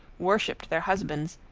worshiped their husbands,